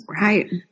Right